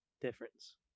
difference